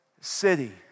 city